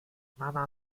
mama